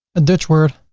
a dutch word.